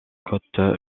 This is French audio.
côte